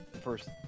first